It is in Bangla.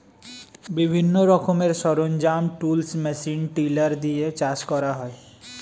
বিভিন্ন রকমের সরঞ্জাম, টুলস, মেশিন টিলার দিয়ে চাষ করা হয়